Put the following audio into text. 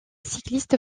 cycliste